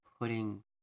putting